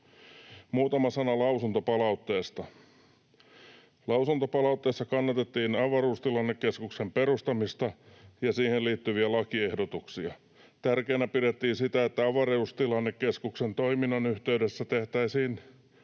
Muutama sana lausuntopalautteesta: Lausuntopalautteessa kannatettiin avaruustilannekeskuksen perustamista ja siihen liittyviä lakiehdotuksia. Tärkeänä pidettiin sitä, että avaruustilannekeskuksen toiminnan yhteydessä tehtäisiin